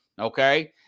okay